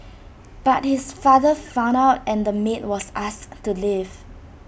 but his father found out and the maid was asked to leave